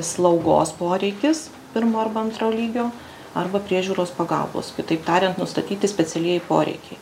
slaugos poreikis pirmo arba antro lygio arba priežiūros pagalbos kitaip tariant nustatyti specialieji poreikiai